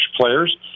players